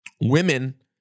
Women